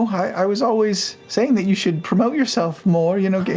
i was always saying that you should promote yourself more, you know, get